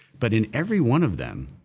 but in every one of them,